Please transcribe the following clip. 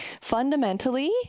Fundamentally